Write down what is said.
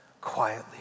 quietly